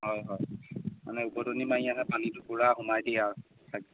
হয় হয় মানে উভতনি মাৰি একে পানীটো পূৰা সোমাই দিয়ে আৰু চাগে